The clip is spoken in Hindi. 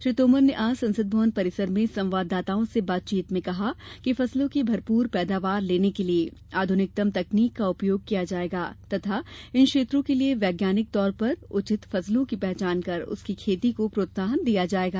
श्री तोमर ने आज संसद भवन परिसर में संवाददाताओं से बातचीत में कहा कि फसलों की भरपुर पैदावार लेने के लिए आध्रनिकतम तकनीक का उपयोग किया जायेगा तथा इन क्षेत्रों के लिए यैज्ञानिक तौर पर उचित फसलों की पहचान कर उसकी खेती को प्रोत्साहन दिया जायेगा